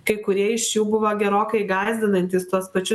kai kurie iš jų buvo gerokai gąsdinantys tuos pačius